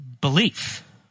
belief